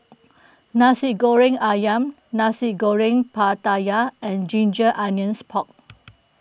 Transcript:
Nasi Goreng Ayam Nasi Goreng Pattaya and Ginger Onions Pork